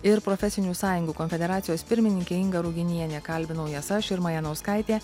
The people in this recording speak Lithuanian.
ir profesinių sąjungų konfederacijos pirmininkė inga ruginienė kalbinau jas aš irma janauskaitė